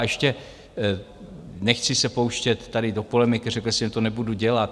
Ještě se nechci pouštět tady do polemiky, řekl jsem, že to nebudu dělat.